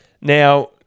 now